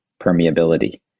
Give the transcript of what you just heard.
permeability